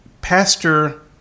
Pastor